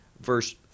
Verse